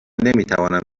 نمیتوانم